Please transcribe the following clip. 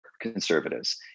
conservatives